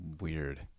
Weird